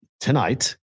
Tonight